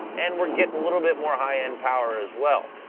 and we're getting a little bit more high-end power as well.